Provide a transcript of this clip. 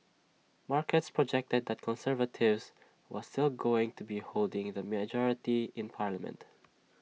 markets projected that conservatives was still going to be holding the majority in parliament